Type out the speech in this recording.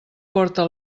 porta